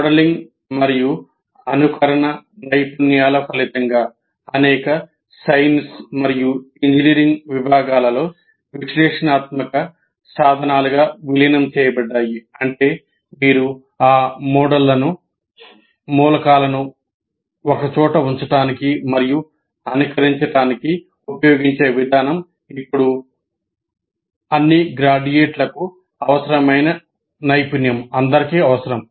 modelling మరియు అనుకరణ నైపుణ్యాల ఫలితంగా అనేక సైన్స్ మరియు ఇంజనీరింగ్ విభాగాలలో విశ్లేషణాత్మక సాధనాలుగా విలీనం చేయబడ్డాయి అంటే మీరు ఆ మోడళ్లను మూలకాలను ఒకచోట ఉంచడానికి మరియు అనుకరించడానికి ఉపయోగించే విధానం ఇప్పుడు అన్ని గ్రాడ్యుయేట్లకు అవసరమైన నైపుణ్యం